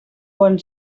bon